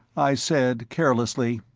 i said carelessly,